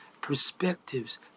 perspectives